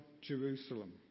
Jerusalem